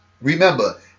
Remember